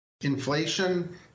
Inflation